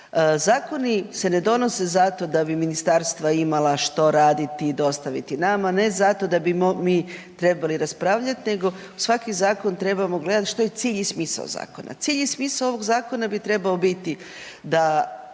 Zakoni se ne donose zato da bi ministarstva imala što raditi i dostaviti nama, ne zato da bi mi trebali raspravljat nego svaki zakon trebamo gledat što je cilj i smisao zakona. Cilj i smisao ovog zakona bi trebao biti da